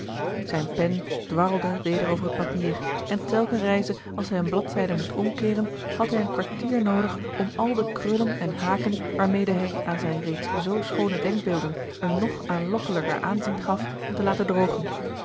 zijne pen dwarlde weder over het papier en telken reize als hij een bladzijde moest omkeeren had hij een kwartier noodig om al de krullen en haken waarmede hij aan zijne reeds zoo schoone george een ongeluksvogel denkbeelden een nog aanlokkelijker aanzien gaf te laten droogen